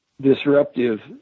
disruptive